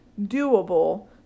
doable